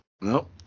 Nope